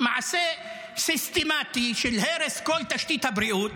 מעשה סיסטמטי של הרס כל תשתית הבריאות